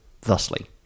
thusly